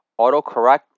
autocorrect